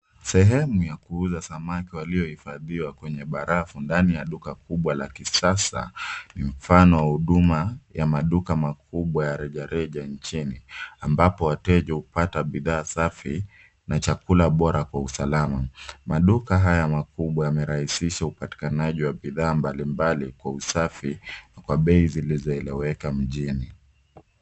Sehemu ya kuuza samaki waliohifadhiwa kwenye barafu ndani ya duka kubwa la kisasa, ni mfano wa huduma ya maduka makubwa ya rejareja nchini, ambapo wateja hupata bidhaa safi na chakula bora kwa usalama. Maduka haya makubwa yamerahisisha upatikanaji wa bidhaa mbalimbali kwa usafi kwa bei zilizoeleweka mjini.